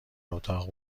اتاق